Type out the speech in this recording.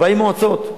40 מועצות.